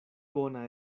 bona